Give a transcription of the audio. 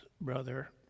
brother